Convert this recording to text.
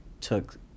took